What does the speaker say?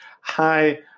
hi